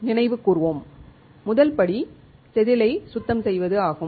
நினைவு கூர்வோம் முதல் படி செதிலை சுத்தம் செய்வது ஆகும்